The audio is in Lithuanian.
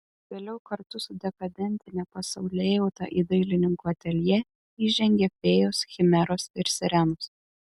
vėliau kartu su dekadentine pasaulėjauta į dailininkų ateljė įžengė fėjos chimeros ir sirenos